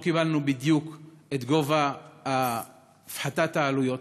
לא קיבלנו בדיוק את שיעור הפחתת העלויות.